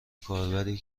کاربری